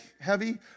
heavy